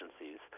agencies